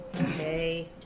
okay